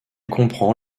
comprend